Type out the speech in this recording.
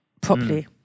properly